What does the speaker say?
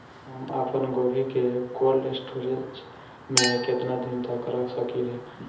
हम आपनगोभि के कोल्ड स्टोरेजऽ में केतना दिन तक रख सकिले?